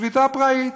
שביתה פראית.